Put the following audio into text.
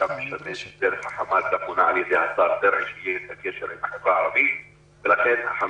--- גם הכסף הזה ששולם